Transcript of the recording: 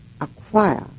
acquire